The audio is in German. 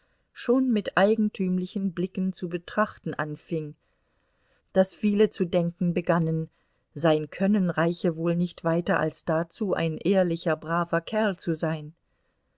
schon mit eigentümlichen blicken zu betrachten anfing daß viele zu denken begannen sein können reiche wohl nicht weiter als dazu ein ehrlicher braver kerl zu sein